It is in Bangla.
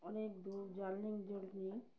অনেক দূর